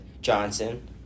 Johnson